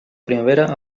primavera